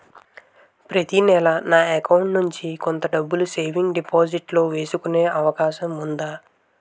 ప్రతి నెల నా అకౌంట్ నుండి కొంత డబ్బులు సేవింగ్స్ డెపోసిట్ లో వేసుకునే అవకాశం ఉందా?